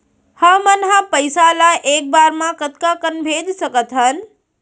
हमन ह पइसा ला एक बार मा कतका कन भेज सकथन?